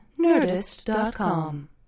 nerdist.com